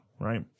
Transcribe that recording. right